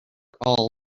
all